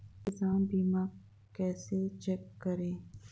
किसान बीमा कैसे चेक करें?